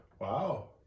Wow